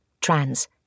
trans